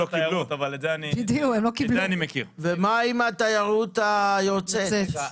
ומה אם התיירות היוצאת,